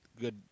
good